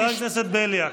חבר הכנסת בליאק,